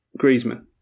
Griezmann